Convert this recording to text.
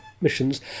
missions